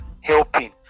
helping